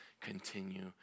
continue